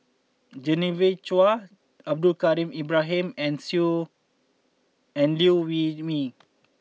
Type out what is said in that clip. Genevieve Chua Abdul Kadir Ibrahim and and Liew Wee Mee